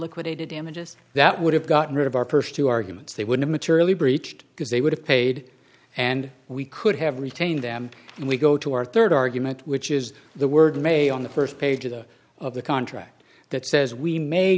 liquidated damages that would have gotten rid of our st two arguments they would have materially breached because they would have paid and we could have retained them and we go to our rd argument which is the word may on the st pages of the contract that says we may